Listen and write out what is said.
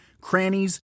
crannies